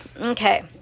okay